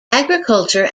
agriculture